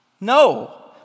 No